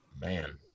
man